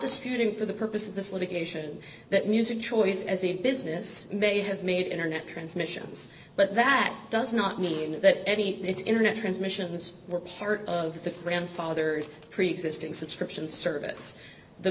disputing for the purpose of this litigation that music choice as a business may have made internet transmissions but that does not mean that any internet transmissions were part of the grandfathered preexisting subscription service the